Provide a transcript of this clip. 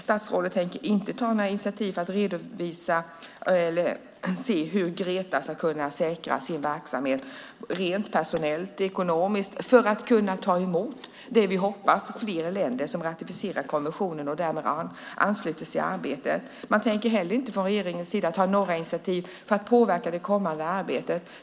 Statsrådet tänker inte ta några initiativ för att se hur GRETA ska kunna säkra sin verksamhet personellt och ekonomiskt för att kunna ta emot det vi hoppas, nämligen att fler länder ratificerar konventionen och därmed ansluter sig till arbetet. Man tänker heller inte från regeringens sida ta några initiativ för att påverka det kommande arbetet.